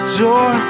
door